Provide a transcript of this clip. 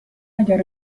اگر